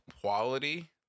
quality